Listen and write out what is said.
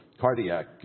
cardiac